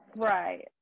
right